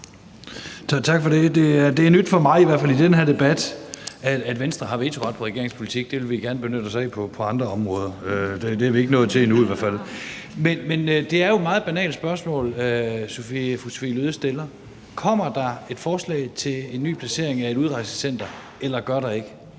Tak for det. Det er nyt for mig at høre i den her debat, at Venstre har vetoret over for regeringens politik. Det vil vi gerne benytte os af på andre områder. Det er vi ikke nået til endnu i hvert fald. Men det er jo et meget banalt spørgsmål, fru Sophie Løhde stiller: Kommer der et forslag til en ny placering af et udrejsecenter, eller gør der ikke?